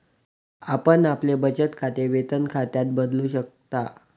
आपण आपले बचत खाते वेतन खात्यात बदलू शकता